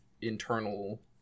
internal